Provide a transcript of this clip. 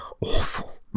awful